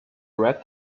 red